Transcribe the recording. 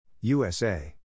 USA